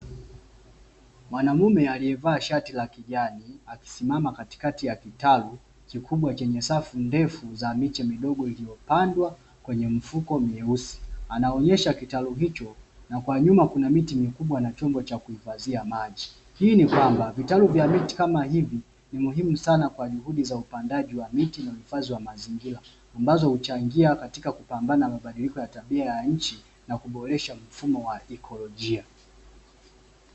Mwanaume aliyevaa shati la kijani amesimama katikati ya kitalu kikubwa chenye safu ndefu za miche midogo iliyopandwa kwenye mifuko myeusi, anaonyesha kitalu hicho. Na kwa nyuma kuna miti mikubwa na chombo cha kuhifadhia maji. Hii ni kwamba vitalu vya miti kama hivi ni muhimu sana kwa juhudi za upandaji wa miti na uhifadhi wa mazingira ambazo huchangia katika kupambana na mabadiliko ya tabia ya nchi na kuboresha mfumo wa ikolojia.